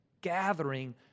gathering